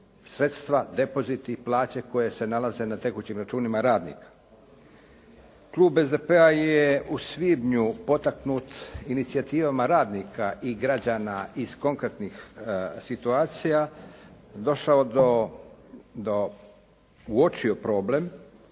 sredstva, depoziti, plaće koje se nalaze na tekućim računima radnika. Klub SDP-a je u svibnju, potaknut inicijativama radnika i građana iz konkretnih situacija, došao do, uočio problem